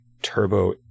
Turbo